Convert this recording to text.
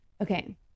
Okay